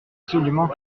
absolument